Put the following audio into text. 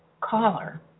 caller